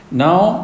now